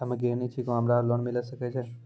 हम्मे गृहिणी छिकौं, की हमरा लोन मिले सकय छै?